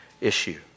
issue